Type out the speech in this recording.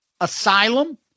Asylum